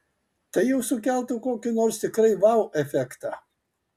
tai jau sukeltų kokį nors tikrai vau efektą